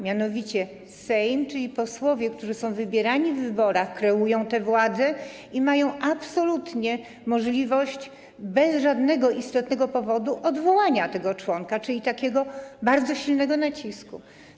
Mianowicie Sejm, czyli posłowie, którzy są wybierani w wyborach, kreują tę władzę i mają absolutnie możliwość bez żadnego istotnego powodu odwołania tego członka, czyli takiego bardzo silnego nacisku.